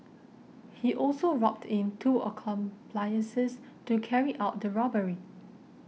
he also roped in two accomplices to carry out the robbery